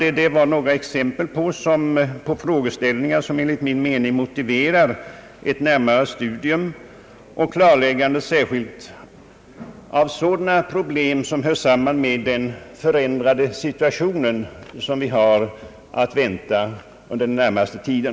Detta var några exempel på frågeställningar som enligt min mening motiverar ett närmare studium och klarläggande, särskilt av sådana problem som hör samman med den förändrade situation som vi har att vänta under den närmaste tiden.